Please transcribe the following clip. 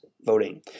voting